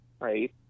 right